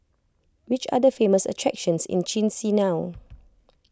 which are the famous attractions in Chisinau